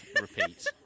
repeat